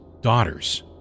daughters